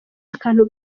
akantu